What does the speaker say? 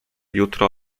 jutro